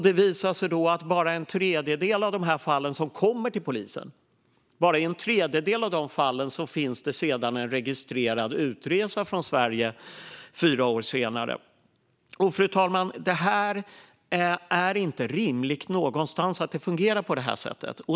Det visar sig också att det bara är i en tredjedel av de fall som kommer till polisen som det finns en registrerad utresa från Sverige fyra år senare. Fru talman! Det är inte rimligt någonstans att det fungerar på det här sättet.